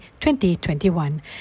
2021